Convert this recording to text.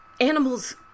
animals